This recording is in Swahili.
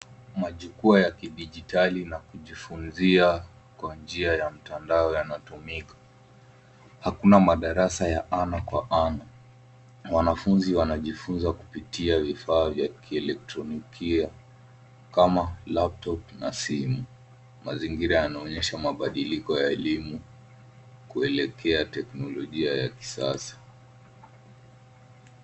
Majukwa ya kidijitali na kujifunzia kwa njia ya mtandao yanatumika. Hakuna madarasa ya ana kwa ana. Wanafunzi wanajifunza kupitia vifaa vya kieletroniki kama laptop na simu. Mazingira yanaonyesha mabadiliko ya elimu, kuelekea teknolojia ya kisasa.